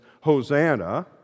Hosanna